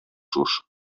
sos